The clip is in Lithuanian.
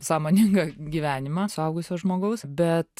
sąmoningą gyvenimą suaugusio žmogaus bet